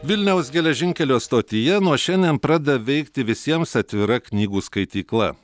vilniaus geležinkelio stotyje nuo šiandien pradeda veikti visiems atvira knygų skaitykla